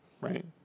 right